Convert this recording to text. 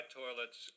toilets